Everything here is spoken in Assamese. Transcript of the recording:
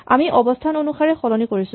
আমি অৱস্হান অনুসাৰে সলনি কৰিছো